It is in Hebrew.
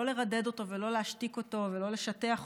לא לרדד אותו ולא להשתיק אותו ולא לשטח אותו,